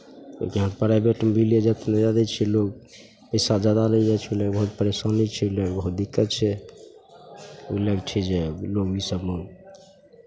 यहाँ प्राइभेटमे बिले इतना जादा दै छै लोक पैसा जादा लेल जाइ छै मने बहुत परेशानी छै एहि लए बहुत दिक्कत छै ओहि लऽ कऽ छै जे रोगी सभमे